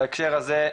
בהקשר הזה,